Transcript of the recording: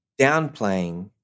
downplaying